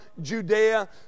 Judea